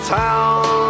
town